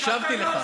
הקשבתי לך.